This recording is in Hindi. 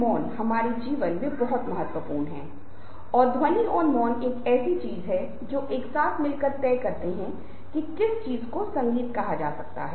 मेरी कहानी बनाम हमारी कहानी जिस क्षण कोई कुछ बोलता है या कोई किस्सा बताता है मुझे 5 अन्य किस्से याद आ जाते हैं